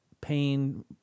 Pain